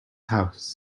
house